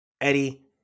Eddie